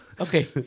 Okay